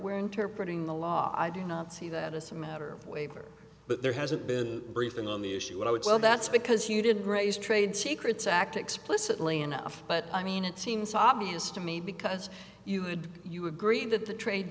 we're interpreting the law i do not see that as a matter of waiver but there hasn't been a briefing on the issue what i would say well that's because you didn't raise trade secrets act explicitly enough but i mean it seems obvious to me because you would you agree that the trade